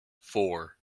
four